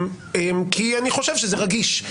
כי אני חושב שזה רגיש.